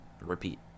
repeat